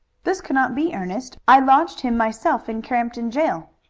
this cannot be, ernest. i lodged him myself in crampton jail.